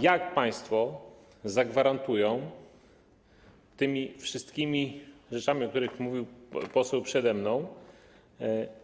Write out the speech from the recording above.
Jak państwo zagwarantują tymi wszystkimi rzeczami, o których tu mówił poseł przede mną,